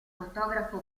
fotografo